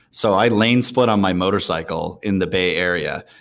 so i lane-split on my motorcycle in the bay area,